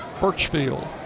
Birchfield